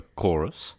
chorus